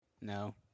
No